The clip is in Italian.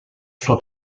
suo